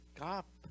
up